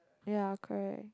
ya correct